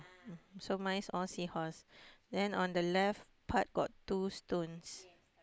so mine is all sea horse then on the left part got two stones